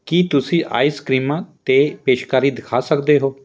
ਕੀ ਤੁਸੀਂ ਆਈਸ ਕਰੀਮਾਂ 'ਤੇ ਪੇਸ਼ਕਾਰੀ ਦਿਖਾ ਸਕਦੇ ਹੋ